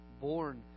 Born